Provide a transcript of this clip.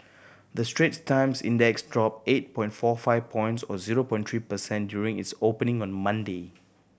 the Straits Times Index dropped eight point four five points or zero point three per cent during its opening on Monday